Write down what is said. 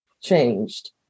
changed